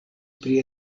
pri